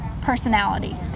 personality